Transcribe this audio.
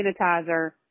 sanitizer